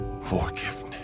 forgiveness